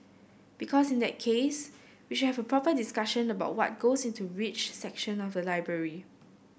because in that case we should have a proper discussion about what goes into which section of the library